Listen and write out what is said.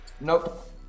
Nope